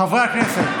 חברי הכנסת,